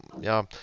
ja